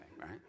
right